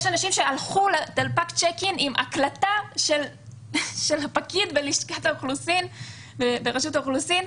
יש אנשים שהלכו לדלפק הצ'ק אין עם הקלטה של הפקיד בלשכת רשות האוכלוסין,